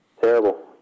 Terrible